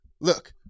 Look